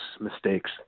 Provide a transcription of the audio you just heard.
mistakes